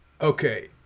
Okay